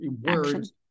words